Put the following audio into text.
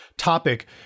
Topic